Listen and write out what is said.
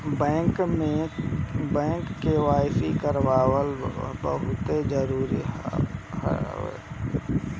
bank KYC करावल बहुते जरुरी हटे